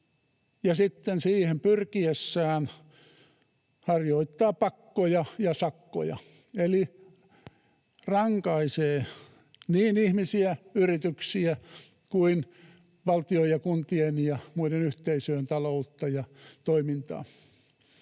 ja sitten siihen pyrkiessään harjoittaa pakkoja ja sakkoja eli rankaisee niin ihmisiä, yrityksiä kuin valtion ja kuntien ja muiden yhteisöjen taloutta ja toimintaa?